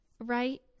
right